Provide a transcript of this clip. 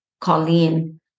Colleen